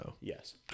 Yes